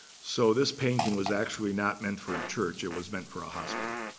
so this painting was actually not meant for a church. it was meant for a hospital.